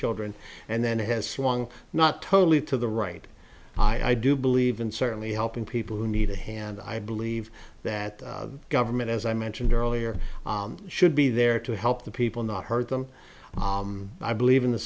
children and then it has swung not totally to the right i do believe and certainly helping people who need a hand i believe that government as i mentioned earlier should be there to help the people not hurt them i believe in the